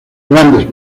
grandes